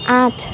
আঠ